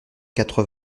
quatre